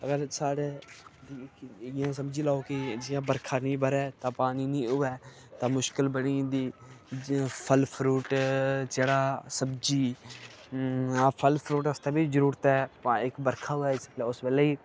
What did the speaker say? अगर साढ़ै जियां समझी लैओ कि जियां बरखा नेईं ब'रै तां पानी नी होऐ तां मुश्कल बनी जंदी जे फल फरूट जेह्ड़ा सब्ज़ी फल फरूट आस्तै बी जरूरत ऐ भाएं इक बरखा होऐ इस उस बेल्लै